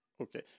Okay